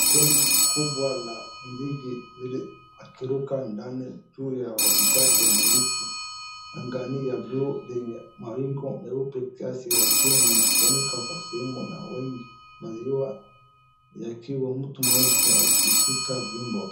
Kundi kubwa la ndege lili akiruka ndani juu ya majani kwenye miti, angalia budi mawingu meupe kias lakini ya funikwa na simu kias na wengi maziwa akiwa mtu mmoja akifunika viumbe.